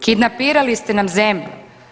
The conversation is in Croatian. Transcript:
Kidnapirali ste nam zemlju.